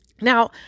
Now